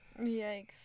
Yikes